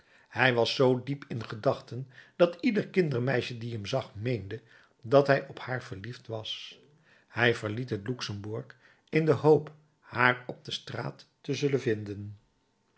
hij was zoo diep in gedachten dat ieder kindermeisje die hem zag meende dat hij op haar verliefd was hij verliet het luxemburg in de hoop haar op de straat te zullen vinden